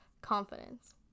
confidence